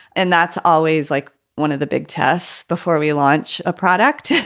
and that's always like one of the big tests before we launch a product.